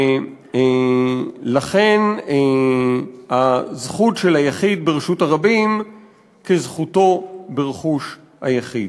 ולכן הזכות של היחיד ברשות הרבים כזכותו ברכוש היחיד.